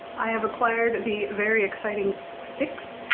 i have acquired the very exciting sticks.